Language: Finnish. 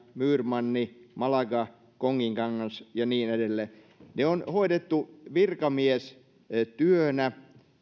myyrmanni malaga konginkangas ja niin edelleen on hoidettu virkamiestyönä